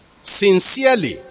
sincerely